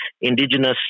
indigenous